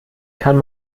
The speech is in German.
kann